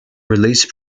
released